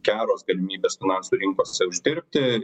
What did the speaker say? geros galimybės finansų rinkose uždirbti